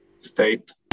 state